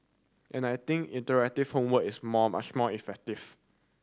and I think interactive homework is more much more effective